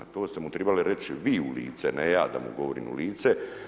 To ste mu trebali reći vi u lice, ne ja da mu govorim u lice.